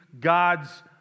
God's